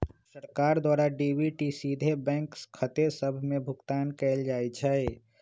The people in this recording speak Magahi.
सरकार द्वारा डी.बी.टी सीधे बैंक खते सभ में भुगतान कयल जाइ छइ